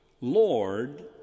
Lord